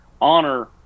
honor